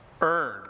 earn